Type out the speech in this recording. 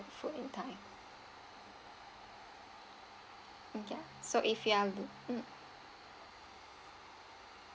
the fodd in time mm ya so if you are mm